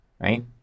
right